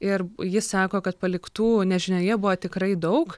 ir ji sako kad paliktų nežinioje buvo tikrai daug